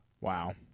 Wow